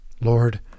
Lord